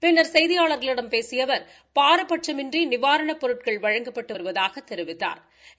பின்னர் செய்தியாளர்களிடம் பேசிய அவர் பாரபட்சமின்றி நிவாரணப் பொருட்கள் வழங்கப்பட்டு வருவதாக தெரிவித்தாா்